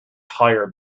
higher